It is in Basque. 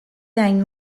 hain